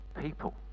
people